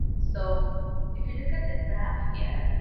so if you look at the graph here,